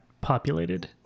populated